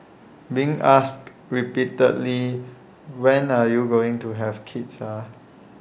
being asked repeatedly when are you going to have kids ah